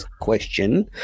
question